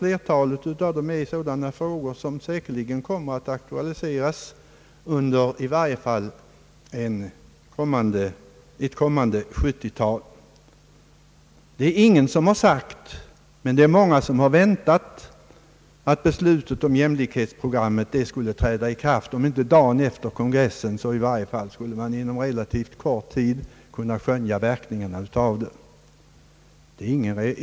Flertalet av dem gäller frågor som säkerligen kommer att aktualiseras i varje fall under det kommande 1970-talet. Ingen har sagt men många har väntat att beslutet om jämlikhetsprogrammet skulie träda i kraft — om inte dagen efter kongressen, så i varje fall så snart att man inom relativt kort tid skulle kunna skönja verkningarna av det.